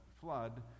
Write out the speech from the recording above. flood